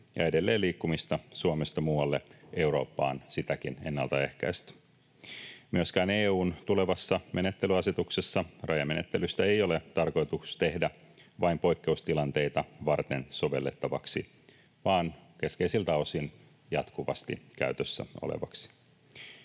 edelleenliikkumista Suomesta muualle Eurooppaan ennaltaehkäistä. Myöskään EU:n tulevassa menettelyasetuksessa rajamenettelyä ei ole tarkoitus tehdä vain poikkeustilanteita varten sovellettavaksi, vaan keskeisiltä osin jatkuvasti käytössä olevaksi.